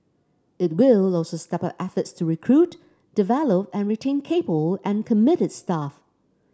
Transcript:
it will also step up efforts to recruit develop and retain capable and committed staff